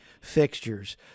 fixtures